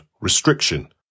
restriction